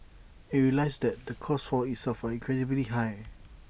IT realises the costs for itself incredibly high